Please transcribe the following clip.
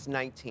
19